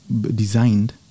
designed